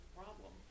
problem